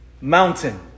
mountain